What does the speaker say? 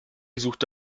suchte